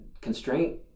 Constraint